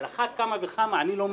על אחת כמה וכמה, אני לא מציע,